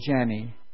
Jenny